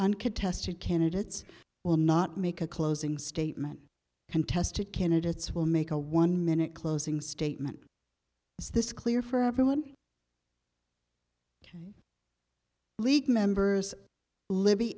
uncontested candidates will not make a closing statement contest to candidates will make a one minute closing statement as this clear for everyone league members libby